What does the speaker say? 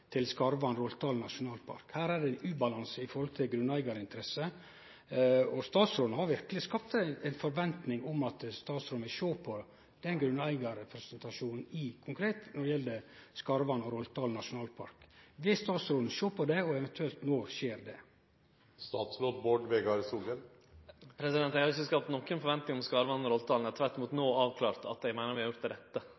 nasjonalpark. Her er det ein ubalanse med tanke på grunneigarinteresser, og statsråden har verkeleg skapt ei forventning om at statsråden vil sjå konkret på den grunneigarrepresentasjonen når det gjeld Skarvan–Roltdalen nasjonalpark. Vil statsråden sjå på det, og eventuelt når skjer det? Eg har ikkje skapt nokon forventningar om Skarvan–Roltdalen, det er tvert imot